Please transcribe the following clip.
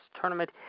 tournament